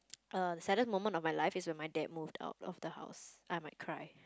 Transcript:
err the saddest moment of my life is when my dad moved out of the house I might cry